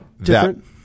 Different